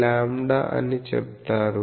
05λ అని చెప్తారు